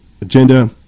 agenda